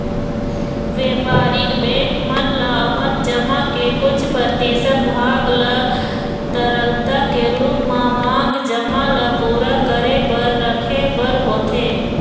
बेपारिक बेंक मन ल अपन जमा के कुछ परतिसत भाग ल तरलता के रुप म मांग जमा ल पुरा करे बर रखे बर होथे